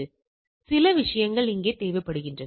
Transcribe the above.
எனவே சில விஷயங்கள் இங்கே தேவைப்படுகின்றன